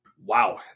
wow